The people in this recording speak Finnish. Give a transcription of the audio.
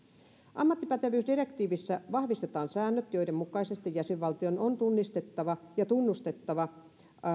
ammattipätevyysdirektiivissä vahvistetaan säännöt joiden mukaisesti jäsenvaltion on tunnistettava ja tunnustettava